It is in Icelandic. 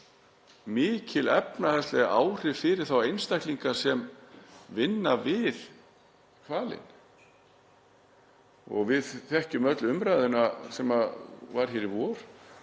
mikil efnahagsleg áhrif fyrir þá einstaklinga sem vinna við hvalinn og við þekkjum öll umræðuna sem var hér í vor.